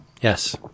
Yes